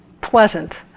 Pleasant